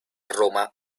roma